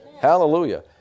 Hallelujah